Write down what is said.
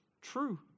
True